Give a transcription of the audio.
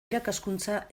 irakaskuntza